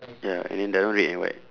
ya and then the other one red and white